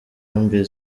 nkambi